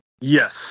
Yes